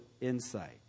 insight